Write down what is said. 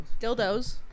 dildos